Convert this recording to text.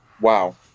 Wow